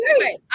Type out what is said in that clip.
okay